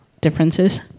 differences